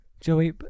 Joey